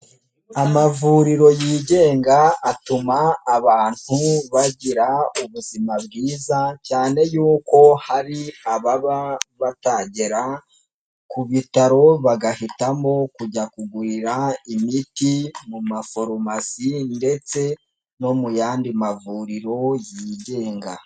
Amavuriro yigenga atuma abantu bagira ubuzima bwiza cyane y'uko hari ababa batagera ku bitaro bagahitamo kujya kugurira imiti mu mafarumasi ndetse no mu yandi mavuriro yigenga.